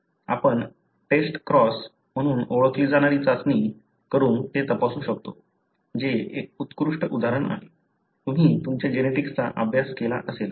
आपण test cross म्हणून ओळखली जाणारी चाचणी करून हे तपासू शकतो जे एक उत्कृष्ट उदाहरण आहे तुम्ही तुमच्या जेनेटिक्सचा अभ्यास केला असेलच